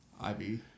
Ivy